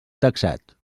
taxat